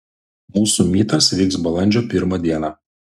mūsų mytas vyks balandžio pirmą dieną